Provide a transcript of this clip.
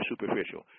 superficial